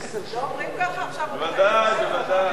ודאי, ודאי.